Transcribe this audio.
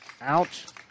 out